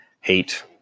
hate